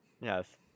Yes